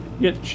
get